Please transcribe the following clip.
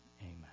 amen